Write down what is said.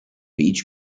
each